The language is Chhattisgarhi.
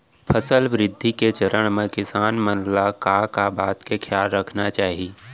फसल वृद्धि के चरण म किसान मन ला का का बात के खयाल रखना चाही?